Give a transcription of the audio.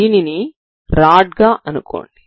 దీనిని రాడ్ గా అనుకోండి